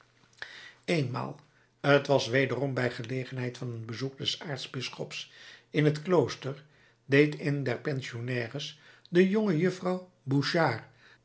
eenmaal t was wederom bij gelegenheid van een bezoek des aartsbisschops in het klooster deed een der pensionnaires de jongejuffrouw bouchard